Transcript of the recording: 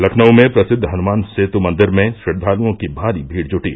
लखनऊ में प्रसिद्व हनुमान सेतु मंदिर में श्रद्वालुओं की भारी भीड़ जुटी